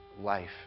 life